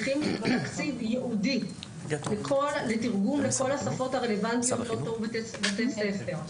לכן צריך תקציב ייעודי לתרגום לכל השפות הרלוונטיות באותם בתי ספר.